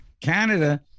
Canada